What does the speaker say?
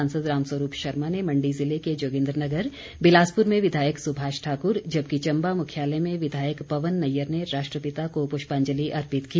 सांसद राम स्वरूप शर्मा ने मण्डी ज़िले के जोगिन्द्रनगर बिलासपुर में विधायक सुभाष ठाकुर जबकि चम्बा मुख्यालय में विधायक पवन नैयर ने राष्ट्रपिता को पुष्पांजलि अर्पित की